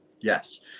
yes